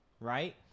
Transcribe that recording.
Right